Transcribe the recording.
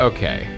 Okay